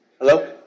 Hello